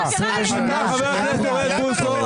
חבר הכנסת אוריאל בוסו,